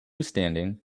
standing